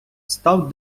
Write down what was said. став